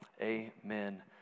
amen